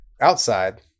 Outside